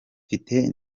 mfite